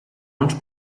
uns